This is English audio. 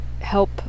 help